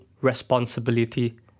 responsibility